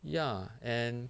ya and